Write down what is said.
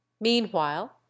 meanwhile